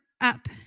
up